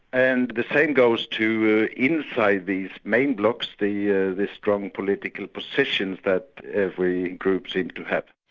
and the same goes too inside these main blocs, the yeah the strong political positions that every group seemed to have.